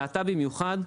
ואתה במיוחד,